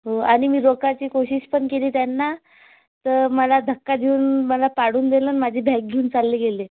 आणि मी रोखायची कोशिश पण केली त्यांना तर मला धक्का देऊन मला पाडून दिलं आणि माझी बॅग घेऊन चालले गेले